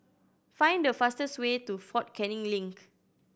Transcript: find the fastest way to Fort Canning Link